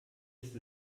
ist